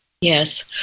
Yes